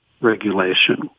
regulation